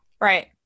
right